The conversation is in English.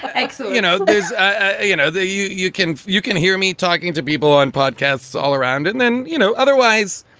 like so you know ah you know, there you you can you can hear me talking to people and podcasts all around and then, you know, otherwise,